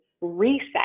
reset